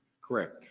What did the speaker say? Correct